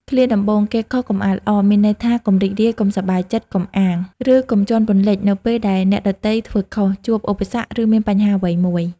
ឃ្លាដំបូង "គេខុសកុំអាលអរ" មានន័យថា កុំរីករាយ កុំសប្បាយចិត្ត កុំអាង ឬកុំជាន់ពន្លិចនៅពេលដែលអ្នកដទៃធ្វើខុស ជួបឧបសគ្គ ឬមានបញ្ហាអ្វីមួយ។